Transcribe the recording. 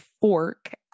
FORK